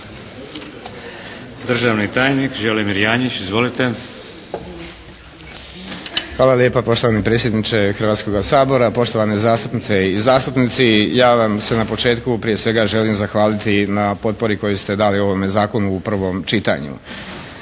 **Janjić, Želimir (HSLS)** Hvala lijepa poštovani predsjedniče Hrvatskoga sabora. Poštovane zastupnice i zastupnici ja vam se na početku prije svega želim zahvaliti na potpori koji su dali ovome zakonu u prvom čitanju,